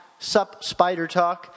SupSpiderTalk